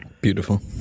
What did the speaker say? Beautiful